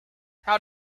how